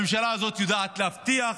הממשלה הזאת יודעת להבטיח,